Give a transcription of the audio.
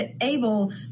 able